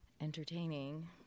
entertaining